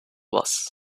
was